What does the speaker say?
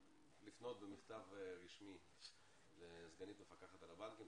לפנות במכתב רשמי לסגנית המפקחת על הבנקים,